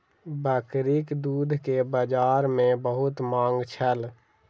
बकरीक दूध के बजार में बहुत मांग छल